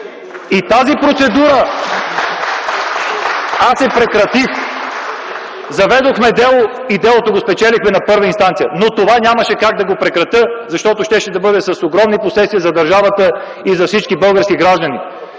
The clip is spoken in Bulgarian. Тази процедура аз я прекратих, заведохме дело и го спечелихме на първа инстанция. Но това нямаше как да прекратя, защото щеше да бъде с огромни последствия за държавата и за всички български граждани.